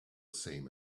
same